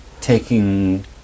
taking